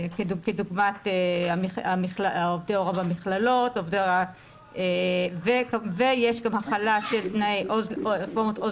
כדוגמת עובדי הוראה במכללות ויש גם החלה של תנאי רפורמת עוז